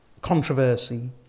controversy